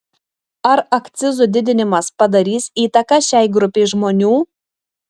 ar akcizų didinimas padarys įtaką šiai grupei žmonių